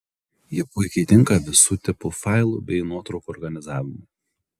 ji puikiai tinka visų tipų failų bei nuotraukų organizavimui